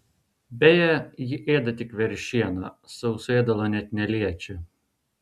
beje ji ėda tik veršieną sauso ėdalo net neliečia